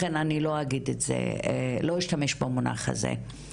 לכן אני לא אגיד את זה ולא אשתמש במונח הזה.